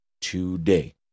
today